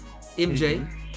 mj